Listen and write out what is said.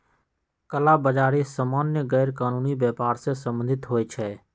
कला बजारि सामान्य गैरकानूनी व्यापर से सम्बंधित होइ छइ